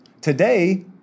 Today